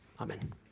Amen